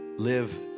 live